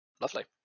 Lovely